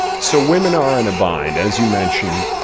so women are in a bind. as you mentioned,